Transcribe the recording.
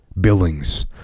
Billings